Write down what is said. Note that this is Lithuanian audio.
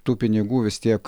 tų pinigų vis tiek